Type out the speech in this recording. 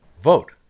Vote